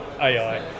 AI